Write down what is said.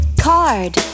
card